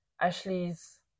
Ashley's